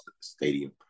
stadium